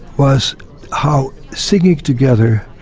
was how singing together,